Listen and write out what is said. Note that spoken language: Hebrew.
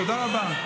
תודה רבה.